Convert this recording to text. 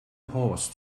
horse